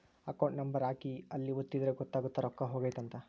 account number ಹಾಕಿ ಅಲ್ಲಿ ಒತ್ತಿದ್ರೆ ಗೊತ್ತಾಗುತ್ತ ರೊಕ್ಕ ಹೊಗೈತ ಅಂತ